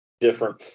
different